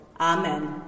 Amen